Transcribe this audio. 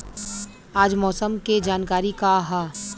आज मौसम के जानकारी का ह?